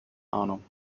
ahnung